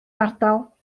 ardal